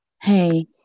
Hey